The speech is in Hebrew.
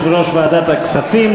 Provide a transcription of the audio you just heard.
יושב-ראש ועדת הכספים.